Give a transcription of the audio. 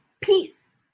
peace